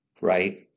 Right